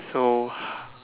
so